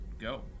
go